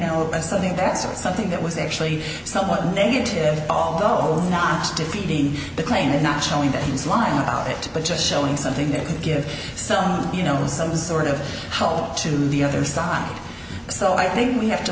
know as something that's something that was actually somewhat negative although not defeating the claim is not showing that he was lying about it but just showing something that you give someone you know some sort of help to the other side so i think we have to